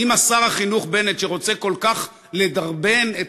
אם שר החינוך בנט רוצה כל כך לדרבן את